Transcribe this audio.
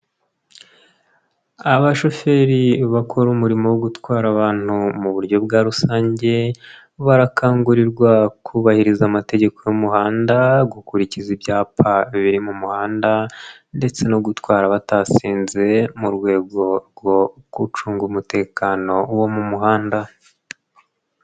Abashoferi bakora umurimo wo gutwara abantu mu buryo bwa rusange, barakangurirwa kubahiriza amategeko y'umuhanda, gukurikiza ibyapa biri mu muhanda ndetse no gutwara batasinze mu rwego rwo gucunga umutekano wo mu muhanda.